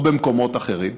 או במקומות אחרים,